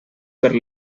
per